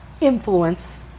influence